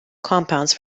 compounds